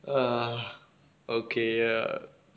ah okay uh